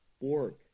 work